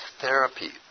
therapy